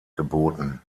geboten